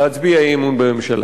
להצביע אי-אמון בממשלה.